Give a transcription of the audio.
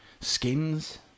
Skins